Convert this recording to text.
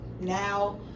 Now